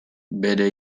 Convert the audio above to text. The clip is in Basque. bere